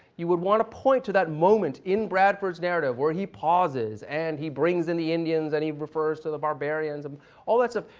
you would want to point to that moment in bradford's narrative where he pauses, and he brings in the indians, and he refers to the barbarians, and all that stuff.